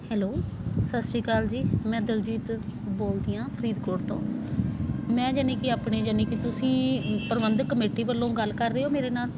hello ਸਤਿ ਸ਼੍ਰੀ ਅਕਾਲ ਜੀ ਮੈਂ ਦਿਲਜੀਤ ਬੋਲਦੀ ਹਾਂ ਫਰੀਦਕੋਟ ਤੋਂ ਮੈਂ ਯਾਨੀ ਕਿ ਆਪਣੇ ਯਾਨੀ ਕਿ ਤੁਸੀਂ ਪ੍ਰਬੰਧਕ ਕਮੇਟੀ ਵੱਲੋਂ ਗੱਲ ਕਰ ਰਹੇ ਹੋ ਮੇਰੇ ਨਾਲ